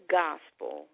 gospel